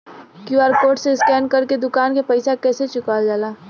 QR code से scan कर के दुकान के पैसा कैसे चुकावल जाला?